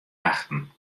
achten